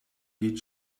did